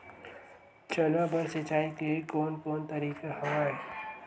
चना बर सिंचाई के कोन कोन तरीका हवय?